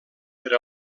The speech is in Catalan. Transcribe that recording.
per